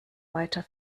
weiter